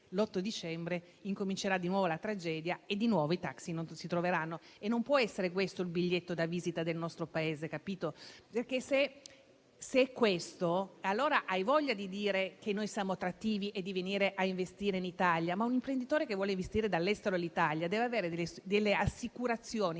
l'8 dicembre incomincerà di nuovo la tragedia e i taxi non si troveranno: non può essere questo il biglietto da visita del nostro Paese, perché, se è questo, allora hai voglia a dire che siamo attrattivi e bisogna venire a investire in Italia, ma un imprenditore che vuole investire dall'estero in Italia deve avere assicurazioni